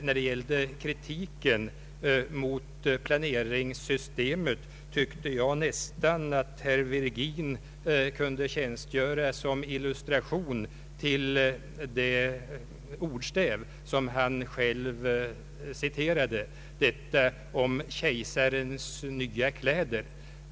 När det gällde kritiken mot planeringssystemet tyckte jag att herr Virgin nästan kunde tjänstgöra som illustration till det talesätt han själv citerade, det som rörde kejsarens nya kläder.